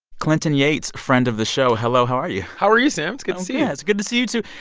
clinton yates, friend of the show, hello. how are you? how are you, sam? it's good to see you yeah it's good to see you, too.